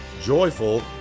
joyful